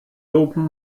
dopen